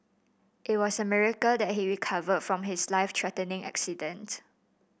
it was a miracle that he recovered from his life threatening accident